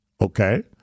Okay